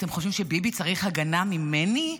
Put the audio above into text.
אתם חושבים שביבי צריך הגנה ממני?